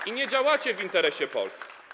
I nie działacie w interesie Polski.